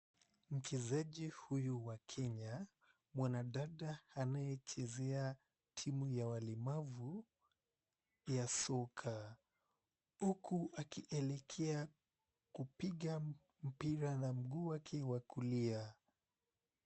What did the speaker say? Mchezaji huyu wa Kenya, mwadata anayechezea timu ya walemavu ya soka huku akielekea kupiga mpira na mguu wake wa kulia.